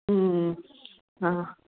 ਹਮ ਹਾਂ